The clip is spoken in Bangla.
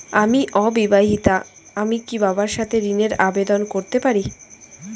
আমি অবিবাহিতা আমি কি বাবার সাথে ঋণের আবেদন করতে পারি?